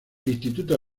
instituto